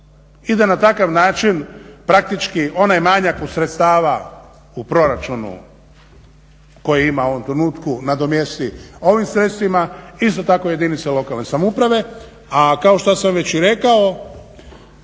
i da na takav način praktički onaj manjak sredstava u proračunu koji ima u ovom trenutku nadomjesti ovim sredstvima. Isto tako i jedinice lokalne samouprave. A kao što sam već i rekao